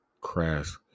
crass